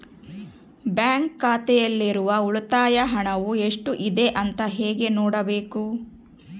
Bank ಖಾತೆಯಲ್ಲಿರುವ ಉಳಿತಾಯ ಹಣವು ಎಷ್ಟುಇದೆ ಅಂತ ಹೇಗೆ ನೋಡಬೇಕು?